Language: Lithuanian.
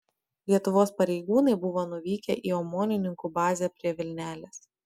lietuvos pareigūnai buvo nuvykę į omonininkų bazę prie vilnelės